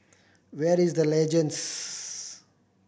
where is The Legends